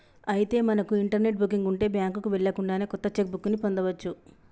అయితే మనకు internet booking ఉంటే బ్యాంకుకు వెళ్ళకుండానే కొత్త చెక్ బుక్ ని పొందవచ్చు